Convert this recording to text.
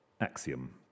axiom